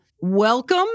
welcome